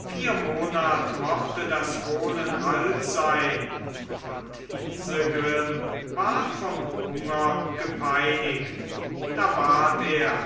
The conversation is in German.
vier monat mochte das fohlen alt sein und isegrim war vom hunger gepeinigt da bat er